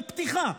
בפתיחה.